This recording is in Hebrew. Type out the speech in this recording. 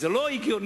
זה לא הגיוני.